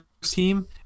team